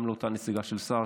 גם לאותה נציגה של סה"ר,